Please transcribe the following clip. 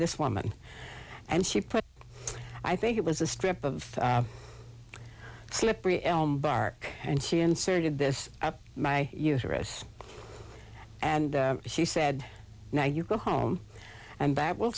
this woman and she put i think it was a strip of slippery elm bark and she inserted this up my uterus and she said now you go home and bat will